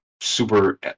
super